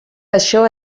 això